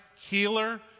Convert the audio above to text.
Healer